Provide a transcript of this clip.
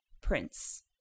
prince